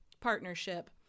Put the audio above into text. partnership